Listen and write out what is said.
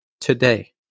today